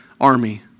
army